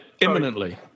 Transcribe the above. imminently